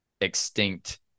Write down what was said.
extinct